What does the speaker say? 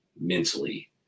mentally